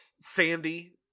Sandy